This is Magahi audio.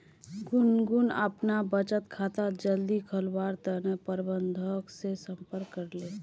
गुनगुन अपना बचत खाता जल्दी खोलवार तने प्रबंधक से संपर्क करले